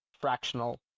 fractional